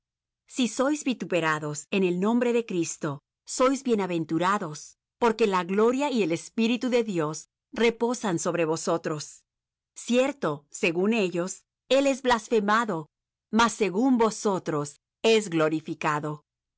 si sois vituperados en el nombre de cristo sois bienaventurados porque la gloria y el espíritu de dios reposan sobre vosotros cierto según ellos él es blasfemado mas según vosotros es glorificado